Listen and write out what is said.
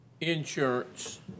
insurance